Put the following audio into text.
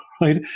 right